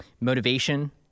motivation